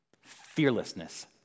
Fearlessness